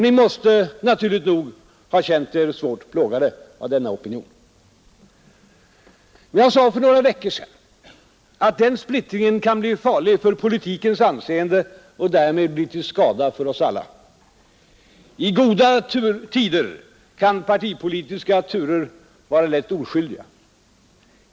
Ni måste naturligt nog ha känt er svårt plågade av denna opinion. Jag sade för några veckor sedan att den splittringen kan bli farlig för politikens anseende och därmed bli till skada för oss alla. I goda tider kan partipolitiska turer vara rätt oskyldiga.